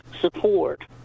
support